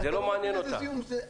זה לא מעניין אותם.